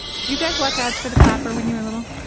did you guys watch ads for the clapper when you were a little?